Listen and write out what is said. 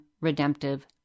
redemptive